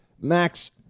Max